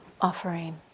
offering